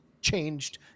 changed